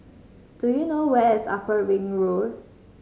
do you know where is Upper Ring Road